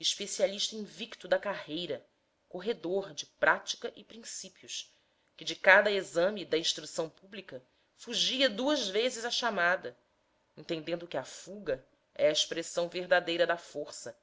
especialista invicto da carreira corredor de prática e princípios que de cada exame da instrução pública fugia duas vezes à chamada entendendo que a fuga é a expressão verdadeira da força